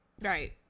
Right